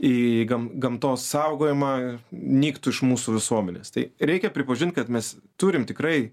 į gam gamtos saugojimą nyktų iš mūsų visuomenės tai reikia pripažint kad mes turim tikrai